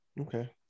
Okay